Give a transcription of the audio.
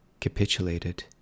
capitulated